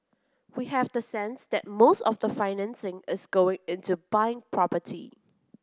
we have the sense that most of the financing is going into buying property